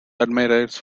admirers